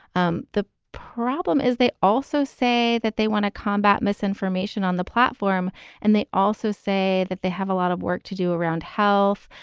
um the problem is they also say that they want to combat misinformation on the platform and they also say that they have a lot of work to do around health.